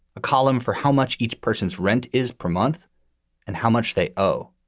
a column for how much each person's rent is per month and how much they owe.